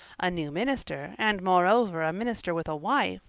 a new minister, and moreover a minister with a wife,